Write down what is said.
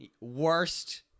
worst